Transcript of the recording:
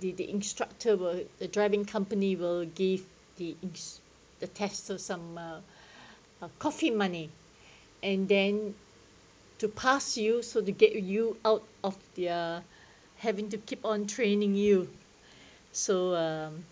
the the instructor will the driving company will give the egs~ the tests of some uh coffee money and then to pass you so to get you out of their having to keep on training you so um